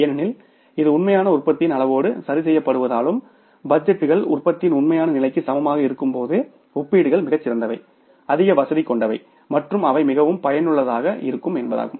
ஏனெனில் இது உண்மையான உற்பத்தியின் அளவோடு சரிசெய்யப்படுவதாலும் பட்ஜெட்டுகள் உற்பத்தியின் உண்மையான நிலைக்கு சமமாக இருக்கும்போது ஒப்பீடுகள் மிகச் சிறந்தவை அதிக வசதி கொண்டவை மற்றும் அவை மிகவும் பயனுள்ளதாக இருக்கும் என்பதாகும்